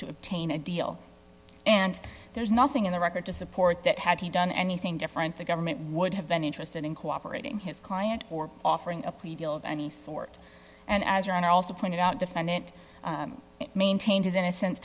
to obtain a deal and there is nothing in the record to support that had he done anything different the government would have been interested in cooperating his client or offering a plea deal of any sort and as your honor also pointed out defendant maintained his innocence